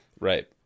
Right